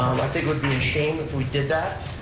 i think it would be a shame if we did that.